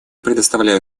предоставляю